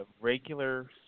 regular